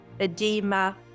edema